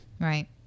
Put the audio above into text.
Right